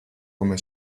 come